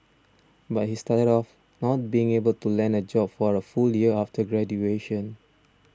but he started off not being able to land a job for a full year after graduation